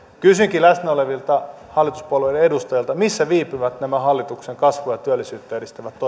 kysynkin läsnä olevilta hallituspuolueiden edustajilta missä viipyvät nämä hallituksen kasvua ja työllisyyttä edistävät